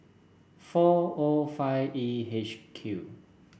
four O five E H Q